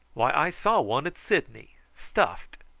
why, i saw one at sydney, stuffed.